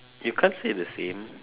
you can't say the same